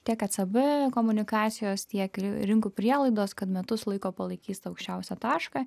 tiek ecb komunikacijos tiek rinkų prielaidos kad metus laiko palaikys tą aukščiausią tašką